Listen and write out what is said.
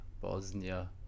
Bosnia